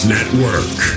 Network